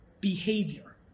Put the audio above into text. behavior